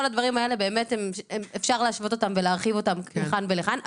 כל הדברים האלה אפשר להשוות ולהרחיב אותם לכאן ולכאן.